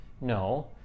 No